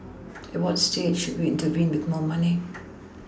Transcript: at what stage should we intervene with more money